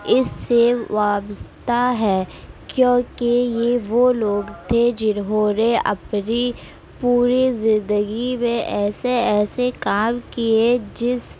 اس سے وابستہ ہے کیونکہ یہ وہ لوگ تھے جنہوں نے اپنی پوری زندگی میں ایسے ایسے کام کیے جس